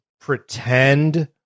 pretend